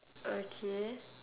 okay